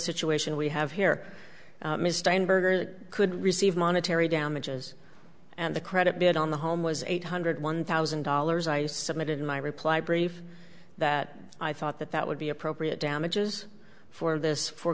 situation we have here mr berger that could receive monetary damages and the credit bid on the home was eight hundred one thousand dollars i submitted my reply brief that i thought that that would be appropriate damages for this for